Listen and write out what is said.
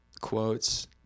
quotes